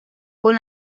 con